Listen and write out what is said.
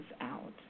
out